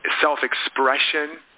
self-expression